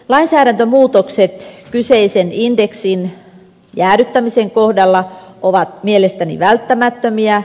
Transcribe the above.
lainsäädäntömuutokset kyseisen indeksin jäädyttämisen kohdalla ovat mielestäni välttämättömiä